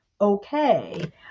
okay